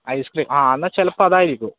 ice cream ആ എന്നാൽ ചിലപ്പം അതായിരിക്കും